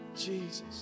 Jesus